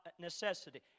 necessity